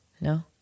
no